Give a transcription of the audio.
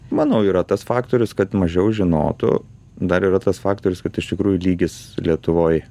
manau yra tas faktorius kad mažiau žinotų dar yra tas faktorius kad iš tikrųjų lygis lietuvoj